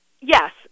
Yes